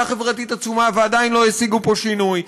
חברתית עצומה ועדיין לא השיגו פה שינוי,